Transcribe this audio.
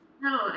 No